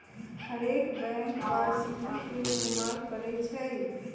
हरेक बैंक वारषिकी के इस्तेमाल करई छई